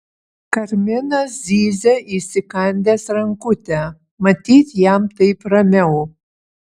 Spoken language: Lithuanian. karminas zyzia įsikandęs rankutę matyt jam taip ramiau